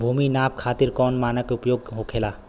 भूमि नाप खातिर कौन मानक उपयोग होखेला?